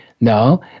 No